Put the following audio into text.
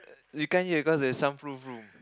you can't hear because there is soundproof room